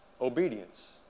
obedience